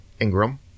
ingram